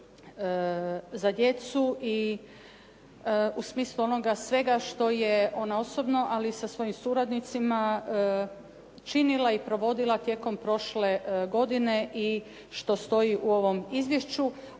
za djecu i u smislu onoga svega što je ona osobno, ali i sa svojim suradnicima činila i provodila tijekom prošle godine i što stoji u ovom izvješću,